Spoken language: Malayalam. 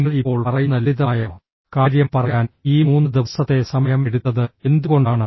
നിങ്ങൾ ഇപ്പോൾ പറയുന്ന ലളിതമായ കാര്യം പറയാൻ ഈ 3 ദിവസത്തെ സമയം എടുത്തത് എന്തുകൊണ്ടാണ്